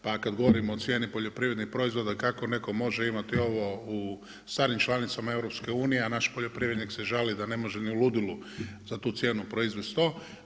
Pa kada govorimo o cijeni poljoprivrednih proizvoda kako netko može imati ovo u starim članicama EU, a naš poljoprivrednik se žali da ne može ni u ludilu za tu cijenu proizvest to.